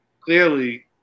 clearly